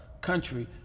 country